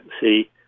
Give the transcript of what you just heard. see